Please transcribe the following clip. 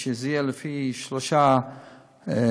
ושזה יהיה לפי שלושה חותמים,